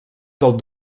del